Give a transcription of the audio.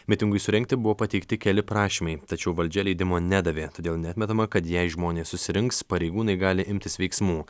mitingui surengti buvo pateikti keli prašymai tačiau valdžia leidimo nedavė todėl neatmetama kad jei žmonės susirinks pareigūnai gali imtis veiksmų